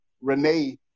Renee